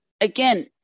again